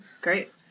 Great